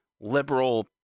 liberal